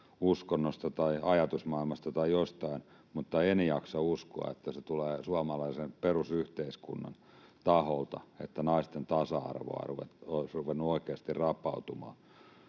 uskonnosta tai ajatusmaailmasta tai jostain. En jaksa uskoa, että tulee suomalaisen perusyhteiskunnan taholta, että naisten tasa-arvo olisi ruvennut oikeasti rapautumaan.